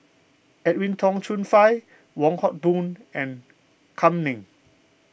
Edwin Tong Chun Fai Wong Hock Boon and Kam Ning